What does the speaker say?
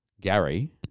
Gary